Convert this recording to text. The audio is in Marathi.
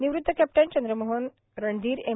निवृत्त कॅप्टन चंद्रमोहन रणधीर एम